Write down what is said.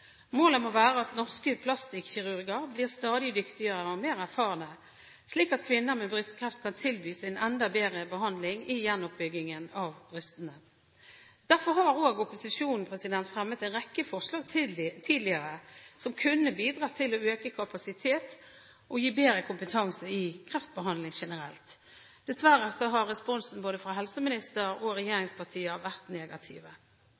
Målet må være at norske plastikkirurger blir stadig dyktigere og mer erfarne, slik at kvinner med brystkreft kan tilbys en enda bedre behandling i gjenoppbyggingen av brystene. Derfor har opposisjonen fremmet en rekke forslag tidligere, forslag som kunne bidratt til å øke kapasiteten og bedre kompetansen i kreftbehandlingen generelt. Dessverre har responsen fra både helseministeren og